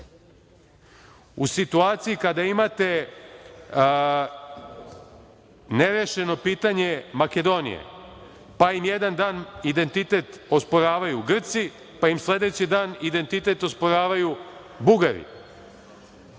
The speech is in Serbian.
U situaciji kada imate nerešeno pitanje Makedonije, pa im jedan dan identitet osporavaju Grci, pa im sledeći dan identitet osporavaju Bugari.